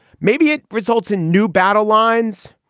maybe it results in new battle lines.